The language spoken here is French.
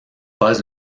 pas